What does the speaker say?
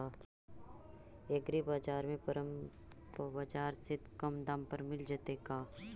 एग्रीबाजार में परमप बाजार से कम दाम पर मिल जैतै का?